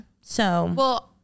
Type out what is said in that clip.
So-